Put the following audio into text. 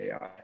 AI